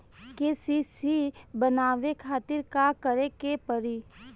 KCC बनवावे खातिर का करे के पड़ी?